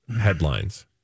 headlines